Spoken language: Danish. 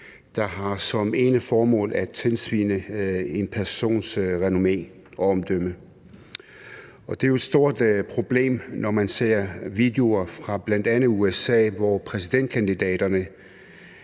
der har som ene formål at tilsvine en persons renommé og omdømme. Det er jo et stort problem, når man ser videoer fra bl.a. USA, hvor præsidentkandidaterne,